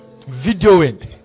videoing